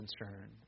concern